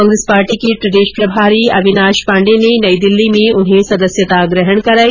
Congress party के प्रदेश प्रभारी अविनाश पाण्डे ने नई दिल्ली में उन्हें सदस्यता ग्रहण कराई